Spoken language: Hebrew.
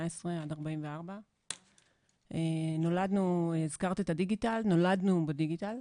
עד 44. הזכרת את הדיגיטל - נולדנו בדיגיטל,